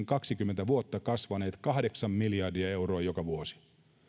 kaksikymmentä vuotta kasvaneet keskimäärin kahdeksan miljardia euroa joka vuosi